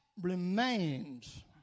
remains